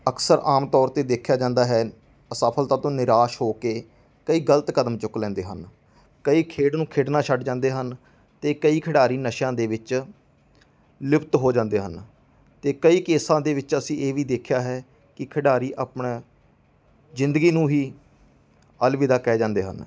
ਅਕਸਰ ਆਮ ਤੌਰ 'ਤੇ ਦੇਖਿਆ ਜਾਂਦਾ ਹੈ ਅਸਫਲਤਾ ਤੋਂ ਨਿਰਾਸ਼ ਹੋ ਕੇ ਕਈ ਗਲਤ ਕਦਮ ਚੁੱਕ ਲੈਂਦੇ ਹਨ ਕਈ ਖੇਡ ਨੂੰ ਖੇਡਣਾ ਛੱਡ ਜਾਂਦੇ ਹਨ ਅਤੇ ਕਈ ਖਿਡਾਰੀ ਨਸ਼ਿਆਂ ਦੇ ਵਿੱਚ ਲੁਪਤ ਹੋ ਜਾਂਦੇ ਹਨ ਅਤੇ ਕਈ ਕੇਸਾਂ ਦੇ ਵਿੱਚ ਅਸੀਂ ਇਹ ਵੀ ਦੇਖਿਆ ਹੈ ਕਿ ਖਿਡਾਰੀ ਆਪਣਾ ਜ਼ਿੰਦਗੀ ਨੂੰ ਹੀ ਅਲਵਿਦਾ ਕਹਿ ਜਾਂਦੇ ਹਨ